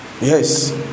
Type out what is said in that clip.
Yes